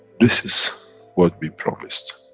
this is what we promised.